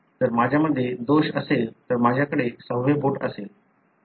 जर माझ्यामध्ये दोष असेल तर माझ्याकडे सहावे बोट असेल